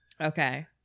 Okay